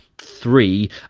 three